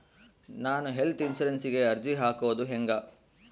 ನಾನು ಹೆಲ್ತ್ ಇನ್ಸುರೆನ್ಸಿಗೆ ಅರ್ಜಿ ಹಾಕದು ಹೆಂಗ?